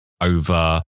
over